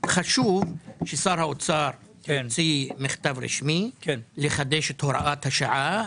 חשוב ששר האוצר יוציא מכתב רשמי לחדש את הוראת השעה,